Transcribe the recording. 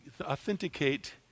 authenticate